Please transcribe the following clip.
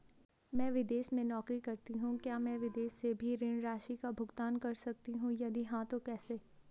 मैं विदेश में नौकरी करतीं हूँ क्या मैं विदेश से भी ऋण राशि का भुगतान कर सकती हूँ यदि हाँ तो कैसे?